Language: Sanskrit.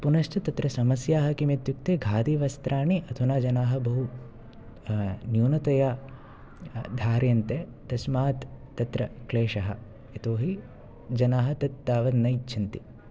पुनश्च तत्र समस्याः किम् इत्युक्ते खादिवस्त्राणि अधुना जनाः बहु न्यूनतया धार्यन्ते तस्मात् तत्र क्लेशः यतोहि जनाः तत् तावत् नेच्छन्ति